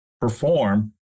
perform